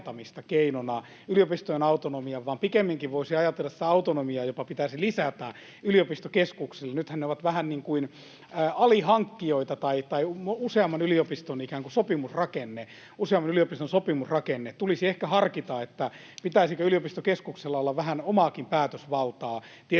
keinona — yliopistojen autonomian — vaan pikemminkin voisi ajatella, että sitä autonomiaa jopa pitäisi lisätä yliopistokeskuksille. Nythän ne ovat vähän niin kuin alihankkijoita tai useamman yliopiston ikään kuin sopimusrakenne. Tulisi ehkä harkita, pitäisikö yliopistokeskuksella olla vähän omaakin päätösvaltaa. Tietyissä